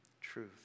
truth